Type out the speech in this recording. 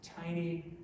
tiny